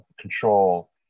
control